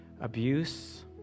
abuse